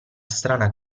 strana